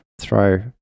throw